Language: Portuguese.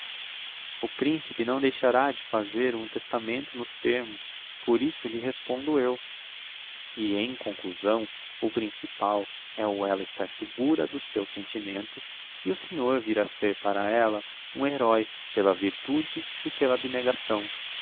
o principe não deixará de fazer um testamento nos termos por isso lhe respondo eu e em conclusão o principal é o ella estar segura dos seus sentimentos e o senhor vir a ser para ella um heroe pela virtude e pela abnegação